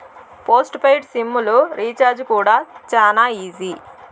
post paid SIM లు recharge కూడా శానా ఈజీ